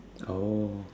oh